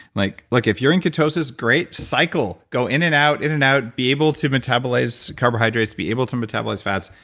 like like if you're in ketosis great, cycle, go in and out, in and out, be able to metabolize carbohydrates, be able to metabolize fats.